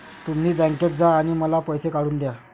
तुम्ही बँकेत जा आणि मला पैसे काढून दया